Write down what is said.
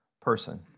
person